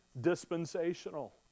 dispensational